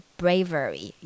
bravery